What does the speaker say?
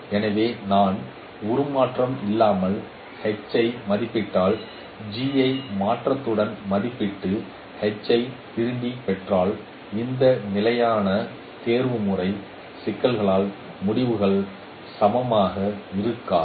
எனவே நான் உருமாற்றம் இல்லாமல் H ஐ மதிப்பிட்டால் G ஐ மாற்றத்துடன் மதிப்பிட்டு H ஐ திரும்பப் பெற்றால் இந்த நிலையான தேர்வுமுறை சிக்கல்களால் முடிவுகள் சமமாக இருக்காது